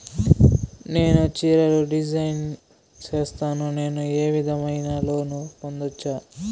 నేను చీరలు డిజైన్ సేస్తాను, నేను ఏ విధమైన లోను పొందొచ్చు